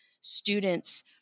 students